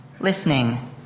listening